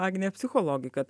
agnė psichologai kad